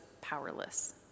powerless